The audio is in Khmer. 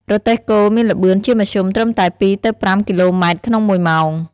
រទេះគោមានល្បឿនជាមធ្យមត្រឹមតែ ២ ទៅ ៥ គីឡូម៉ែត្រក្នុងមួយម៉ោង ។